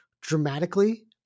dramatically